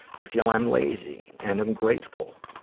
i feel i am lazy and ungrateful,